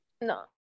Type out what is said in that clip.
No